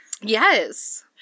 Yes